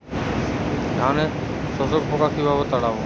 ধানে শোষক পোকা কিভাবে তাড়াব?